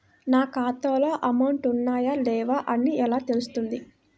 నా ఖాతాలో అమౌంట్ ఉన్నాయా లేవా అని ఎలా తెలుస్తుంది?